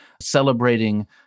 celebrating